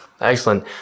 Excellent